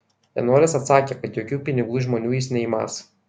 vienuolis atsakė kad jokių pinigų iš žmonių jis neimąs